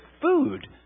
food